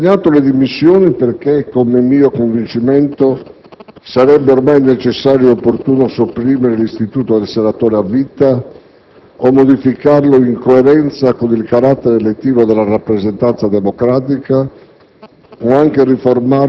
Non ho rassegnato le dimissioni perché, come è mio convincimento, sarebbe ormai necessario e opportuno sopprimere l'istituto del senatore a vita o modificarlo in coerenza con il carattere elettivo della rappresentanza democratica,